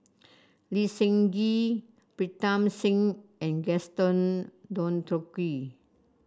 Lee Seng Gee Pritam Singh and Gaston Dutronquoy